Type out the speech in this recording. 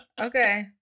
Okay